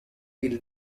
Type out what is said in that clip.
till